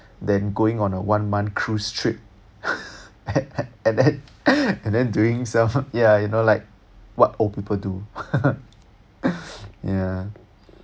then going on a one month cruise trip and then and then doing some ya you know like what old people do